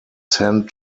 sent